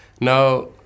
Now